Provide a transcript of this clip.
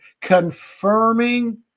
confirming